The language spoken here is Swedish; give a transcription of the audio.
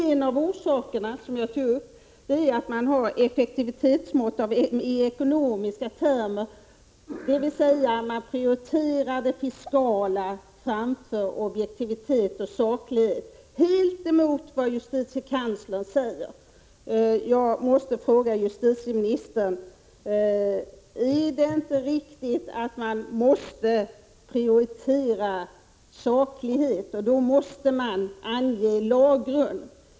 En av orsakerna är, som jag tidigare har nämnt, att man mäter effektiviteten i ekonomiska termer — dvs. man prioriterar det fiskala framför objektiviteten och sakligheten. Det strider helt mot vad justitiekanslern säger. Jag måste fråga justitieministern: Är det inte riktigt att man måste prioritera sakligheten? Då måste man väl ange lagrum.